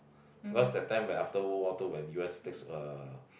because that after War World Two when U_S face uh